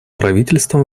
правительствам